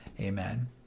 Amen